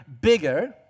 bigger